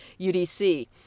UDC